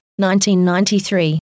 1993